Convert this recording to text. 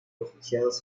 refugiados